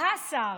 ה-שר.